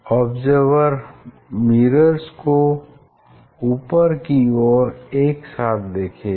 observer mirrors को ऊपर की और एक साथ देखेगा